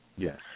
Yes